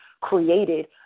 created